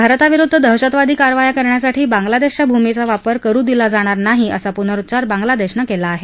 भारताविरुद्ध दहशतवादी कारवाया करण्यासाठी बांग्लादेशच्या भुमीचा वापर करु दिला जाणार नाही असा पुर्नरुच्चार बांग्लादेशन केला आहे